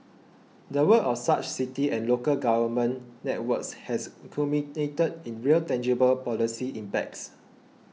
the work of such city and local government networks has culminated in real tangible policy impacts